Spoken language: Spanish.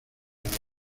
nadar